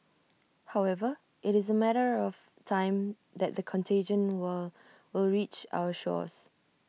however IT is A matter of time that the contagion will will reach our shores